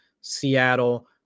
Seattle